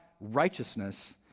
righteousness